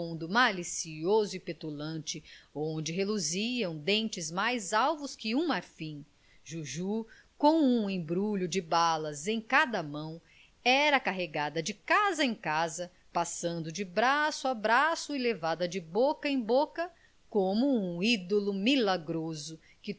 malicioso e petulante onde reluziam dentes mais alvos que um marfim juju com um embrulho de balas em cada mão era carregada de casa em casa passando de braço a braço e levada de boca em boca como um ídolo milagroso que